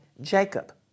Jacob